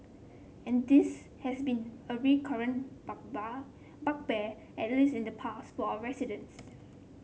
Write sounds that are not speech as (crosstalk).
and this has been a recurrent (unintelligible) bugbear at least in the past for our residents